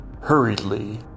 Hurriedly